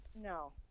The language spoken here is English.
No